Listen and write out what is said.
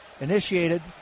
Initiated